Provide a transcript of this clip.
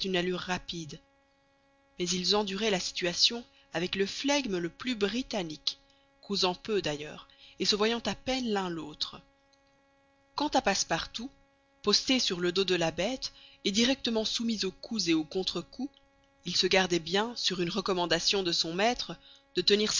rapide mais ils enduraient la situation avec le flegme le plus britannique causant peu d'ailleurs et se voyant à peine l'un l'autre quant à passepartout posté sur le dos de la bête et directement soumis aux coups et aux contrecoups il se gardait bien sur une recommandation de son maître de tenir